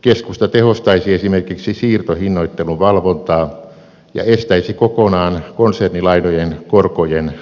keskusta tehostaisi esimerkiksi siirtohinnoittelun valvontaa ja estäisi kokonaan konsernilainojen korkojen